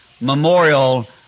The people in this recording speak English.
memorial